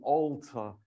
altar